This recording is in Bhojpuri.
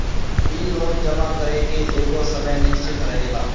इ लोन जमा करे के एगो समय निश्चित रहेला